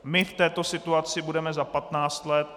My v této situaci budeme za patnáct let.